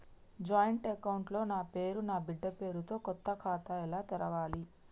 Joint account లో నా పేరు నా బిడ్డే పేరు తో కొత్త ఖాతా ఎలా తెరవాలి?